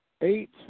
eight